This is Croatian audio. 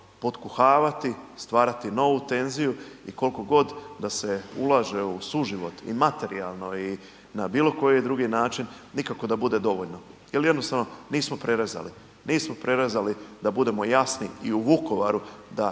potkuhavati, stvarati novu tenziju i kolko god da se ulaže u suživot i materijalno i na bilo koji drugi način, nikako da bude dovoljno jel jednostavno nismo prerezali, nismo prerezali da budemo jasni i u Vukovaru, da